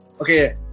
Okay